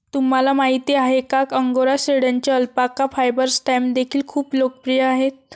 तुम्हाला माहिती आहे का अंगोरा शेळ्यांचे अल्पाका फायबर स्टॅम्प देखील खूप लोकप्रिय आहेत